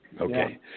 Okay